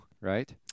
right